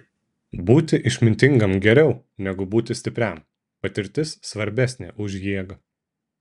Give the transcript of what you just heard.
būti išmintingam geriau negu būti stipriam patirtis svarbesnė už jėgą